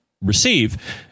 receive